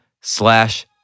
slash